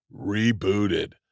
rebooted